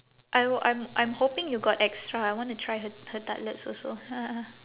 I w~ I'm I'm hoping you got extra I wanna try her her tartlets also